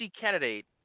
candidate